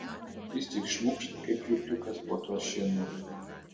jis tik šmukšt kaip žiurkiukas po tuo šienu